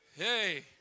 Hey